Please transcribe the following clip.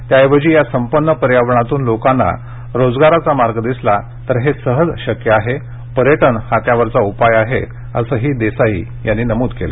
त्याऐवजी या संपन्न पर्यावरणातून लोकांना रोजगाराचा मार्ग दिसला तर हे सहज शक्य आहे पर्यटन हा यावरचा उपाय आहे असं देसाई यावेळी म्हणाले